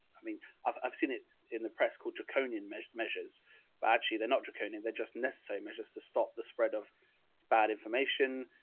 i mean, i've, i've seen it in the press called draconian measures measures, but actually they're not draconian. they're just necessary measures to stop the spread of bad information,